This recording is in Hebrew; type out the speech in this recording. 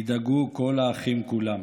ידאגו כל האחים כולם.